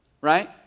Right